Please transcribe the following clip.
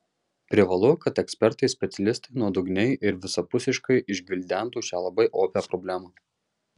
privalu kad ekspertai specialistai nuodugniai ir visapusiškai išgvildentų šią labai opią problemą